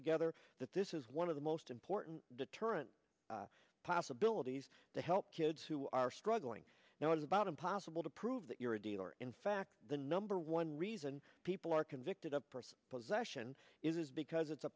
together that this is one of the most important deterrents possibilities that help kids who are struggling now is about impossible to prove that you're a dealer in fact the number one reason people are convicted of first possession is because it's a